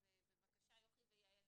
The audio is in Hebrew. בבקשה, יוכי ויעל.